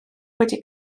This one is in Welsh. wedi